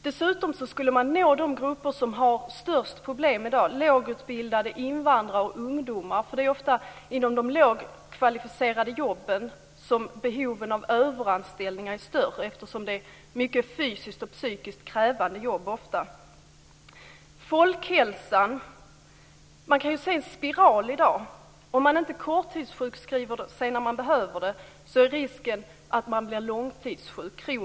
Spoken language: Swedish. Dessutom skulle man nå de grupper som har störst problem i dag, lågutbildade, invandrare och ungdomar. Det är ofta inom de lågkvalificerade jobben som behoven av överanställning är störst eftersom de ofta är mycket fysiskt och psykiskt krävande jobb. När det gäller folkhälsan kan man säga att man i dag kan se en spiral - om man inte korttidssjukskriver sig när man behöver det är risken att man blir kroniskt sjuk.